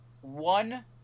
one